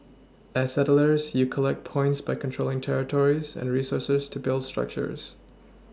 as settlers you collect points by controlling territories and resources to build structures